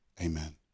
amen